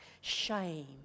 Shame